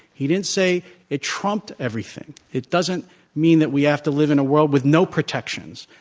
he didn't say it trumped everything. it doesn't mean that we have to live in a world with no protections,